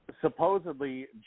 supposedly